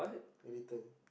anytime